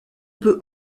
peut